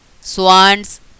swans